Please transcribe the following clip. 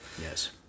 Yes